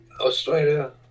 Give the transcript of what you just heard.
Australia